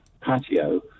patio